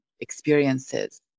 experiences